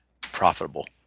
profitable